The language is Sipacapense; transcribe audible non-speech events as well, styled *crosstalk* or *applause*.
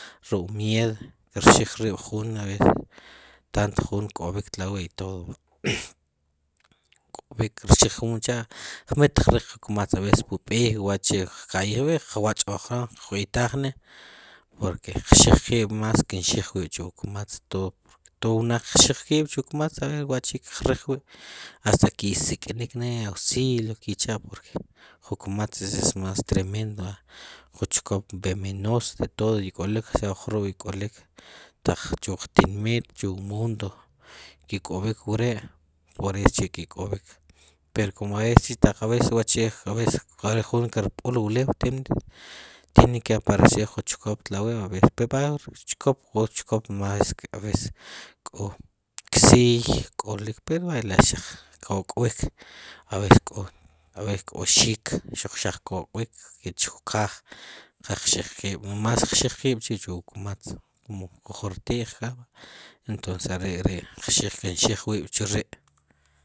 Ruk' miedo xkixij rib' jun a veces tanto jun kk'b'ik tlawi' y todo *noise* kk'ob'ik kirxij wucha' miy tiq riq jun kmatz a veces pub'ey wachi' qkayij wi' qwoach' wur jlom qwitajen'e poque qxijquib' *noise* mas kin xinjwib' chij wu kmatz todo porque todo wnaq kxij kib' chu kmatz hasta que sik'nik nee auxilio qui cha' porque jun kmatz es mas tremendo jun chkop venenoso todo y k'olik saber jurb' ik'olik taq chu wuq *noise* tinmit chu wu mundo ke ik'obi' wre' por eso chi' ki' k'ob'ik pero aves are chi wachi taq jun ker b'ul ulew kelul tiene que aprecer jun chkop tawi' pero va a veces k'o chkop rchkp q'os k'o chkop mas a veces mas k'o ksiy *noise* pero la' xaq kok'wik a veces k'o xik xaq kokwin xaq chukaj qa qxiqib' mas quejquib' chi' chu wu kmatz komo quj rti'j k'a entonces are' ri' kin xijwib' chi ri'